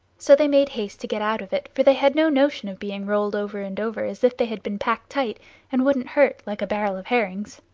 so they made haste to get out of it, for they had no notion of being rolled over and over as if they had been packed tight and wouldn't hurt, like a barrel of herrings.